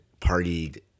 partied